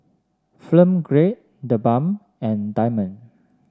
Grade TheBalm and Diamond